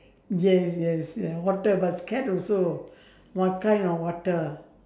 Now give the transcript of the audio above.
yes yes ya water but scared also what kind of water